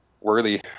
worthy